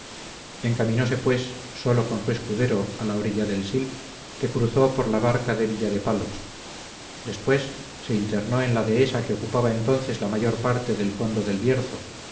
su éxito encaminóse pues solo con su escudero a la orilla del sil que cruzó por la barca de villadepalos después se internó en la dehesa que ocupaba entonces la mayor parte del fondo del bierzo